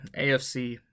AFC